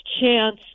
chance